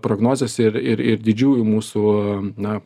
prognozes ir ir ir didžiųjų mūsų na